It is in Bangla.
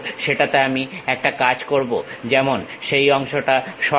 সেটাতে আমি একটা কাজ করব যেমন সেই অংশটা সরাবো